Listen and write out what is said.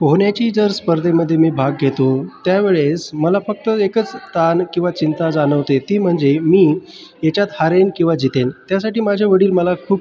पोहण्याच्या जर स्पर्धेमध्ये मी भाग घेतो त्यावेळेस मला फक्त एकच ताण किंवा चिंता जाणवते ती म्हणजे मी याच्यात हारेन किंवा जितेन त्यासाठी माझे वडील मला खूप